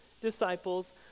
disciples